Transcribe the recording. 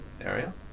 area